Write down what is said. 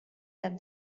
that